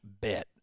bet